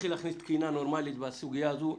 כך נתחיל להכניס תקינה נורמלית בסוגיה הזו.